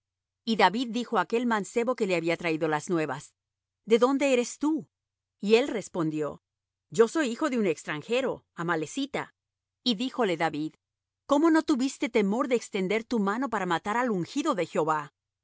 y david dijo á aquel mancebo que le había traído las nuevas de dónde eres tú y él respondió yo soy hijo de un extranjero amalecita y díjole david cómo no tuviste temor de extender tu mano para matar al ungido de jehová